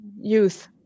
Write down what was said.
youth